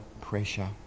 pressure